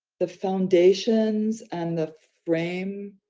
the foundations and the frame,